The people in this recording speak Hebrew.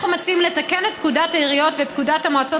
אנחנו מציעים לתקן את פקודת העיריות ואת פקודת המועצות